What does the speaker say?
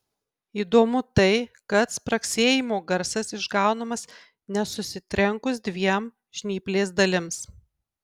įdomu tai kad spragsėjimo garsas išgaunamas ne susitrenkus dviem žnyplės dalims